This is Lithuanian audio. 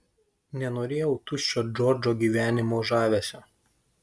nenorėjau tuščio džordžo gyvenimo žavesio